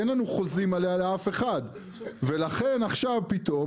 אין לנו חוזים עליה לאף אחד ולכן עכשיו פתאום,